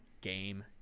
game